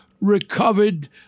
recovered—